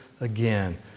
again